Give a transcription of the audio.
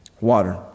Water